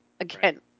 Again